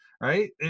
right